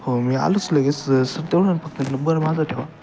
हो मी आलोच लगेच स सर तेवढं फक्त नंबर माझा ठेवा